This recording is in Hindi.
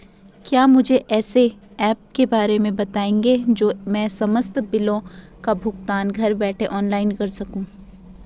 क्या मुझे ऐसे ऐप के बारे में बताएँगे जो मैं समस्त बिलों का भुगतान घर बैठे ऑनलाइन कर सकूँ?